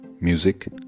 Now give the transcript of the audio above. Music